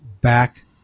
back